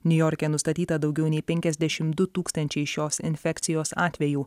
niujorke nustatyta daugiau nei penkiasdešimt du tūkstančiai šios infekcijos atvejų